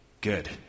good